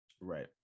Right